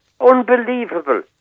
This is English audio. Unbelievable